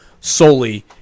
solely